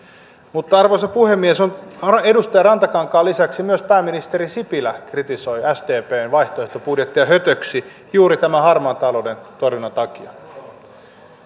esimerkkiä arvoisa puhemies edustaja rantakankaan lisäksi pääministeri sipilä kritisoi sdpn vaihtoehtobudjettia hötöksi juuri tämän harmaan talouden torjunnan takia